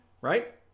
right